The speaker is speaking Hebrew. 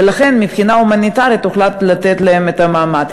ולכן מבחינה הומניטרית הוחלט לתת להם את המעמד.